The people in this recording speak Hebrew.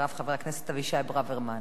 חבר הכנסת אבישי ברוורמן.